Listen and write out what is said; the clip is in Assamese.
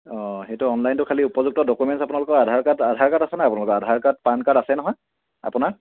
অঁ সেইটো অনলাইনটো খালী উপযুক্ত ডকুমেণ্ট আপোনালৰ আধাৰ কাৰ্ড আধাৰ কাৰ্ড আছে ন আপোনালোক আধাৰ কাৰ্ড পান কাৰ্ড আছে নহয় আপোনাৰ